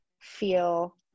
feel